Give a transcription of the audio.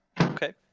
Okay